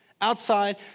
Outside